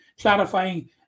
clarifying